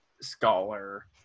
scholar